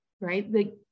right